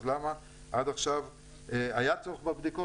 אז למה עד עכשיו היה צורך בבדיקות,